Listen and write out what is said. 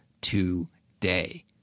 today